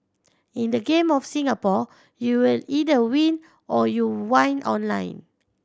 in the Game of Singapore you either win or you whine online